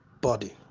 body